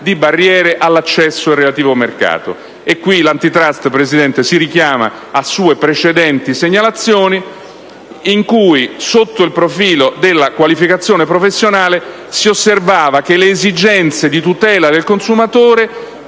di barriere all'accesso nel relativo mercato». A questo punto, signor Presidente, l'*Antitrust* si richiama a sue precedenti segnalazioni in cui, sotto il profilo della qualificazione professionale, si osservava che «le esigenze di tutela del consumatore